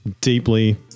deeply